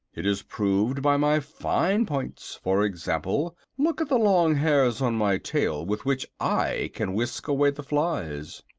it is proved by my fine points. for example, look at the long hairs on my tail, with which i can whisk away the flies.